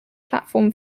platform